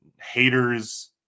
haters